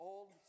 Old